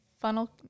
funnel